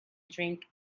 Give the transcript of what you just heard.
drink